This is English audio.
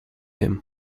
him